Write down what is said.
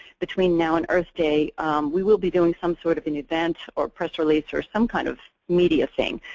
between now and earth day we will be doing some sort of an advance or press release or some kind of media thing,